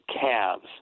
calves